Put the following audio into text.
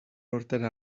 urtera